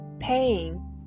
Paying